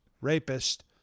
rapist